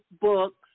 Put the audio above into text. books